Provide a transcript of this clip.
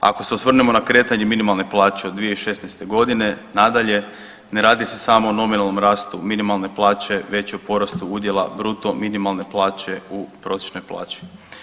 Ako se osvrnemo na kretanje minimalne plaće od 2016. godine nadalje, ne radi se samo o nominalnom rastu minimalne plaće, već o porastu udjela bruto minimalne plaće u prosječnoj plaći.